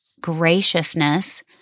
graciousness